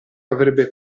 avrebbe